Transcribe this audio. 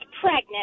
pregnant